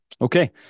Okay